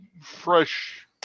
Fresh